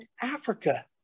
africa